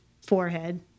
forehead